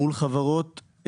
מול חברות,